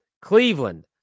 Cleveland